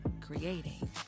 creating